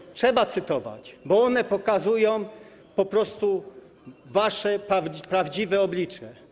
Otóż trzeba je cytować, bo one pokazują po prostu wasze prawdziwe oblicze.